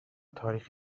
تاریخ